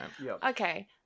Okay